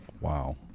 Wow